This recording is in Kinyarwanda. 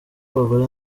abagore